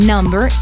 Number